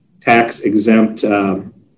tax-exempt